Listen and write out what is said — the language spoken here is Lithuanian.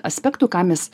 aspektų ką mes